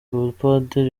ubupadiri